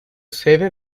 sede